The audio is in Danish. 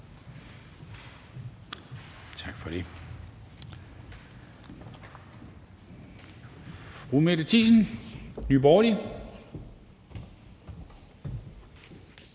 tak for det.